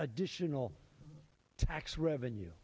additional tax revenue